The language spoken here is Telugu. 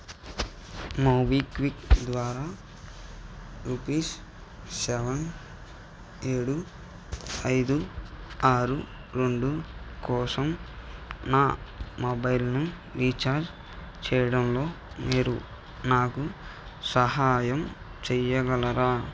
మోబిక్విక్ ద్వారా రూపీస్ సెవెన్ ఏడు ఐదు ఆరు రెండు కోసం నా మొబైల్ను రీఛార్జ్ చేయడంలో మీరు నాకు సహాయం చేయగలరా